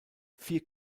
vier